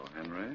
Henry